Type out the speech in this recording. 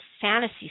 fantasy